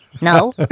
No